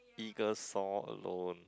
eagles soar alone